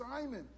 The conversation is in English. Simon